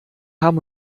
haben